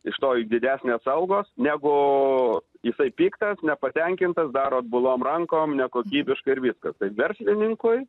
iš to ir didesnės algos negu jisai piktas nepatenkintas daro atbulom rankom nekokybiškai ir viskas tai verslininkui